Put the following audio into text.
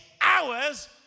hours